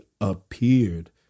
appeared